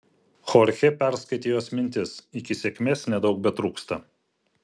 chorchė perskaitė jos mintis iki sėkmės nedaug betrūksta